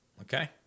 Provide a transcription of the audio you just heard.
okay